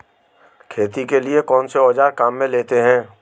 खेती के लिए कौनसे औज़ार काम में लेते हैं?